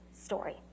story